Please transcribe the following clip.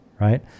right